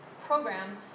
program